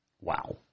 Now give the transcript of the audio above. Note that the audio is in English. Wow